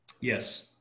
Yes